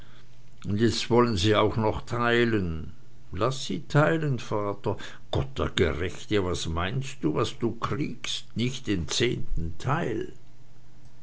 und jetzt wollen sie auch noch teilen laß sie teilen vater gott der gerechte was meinst du was du kriegst nicht den zehnten teil